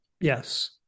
Yes